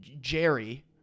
Jerry –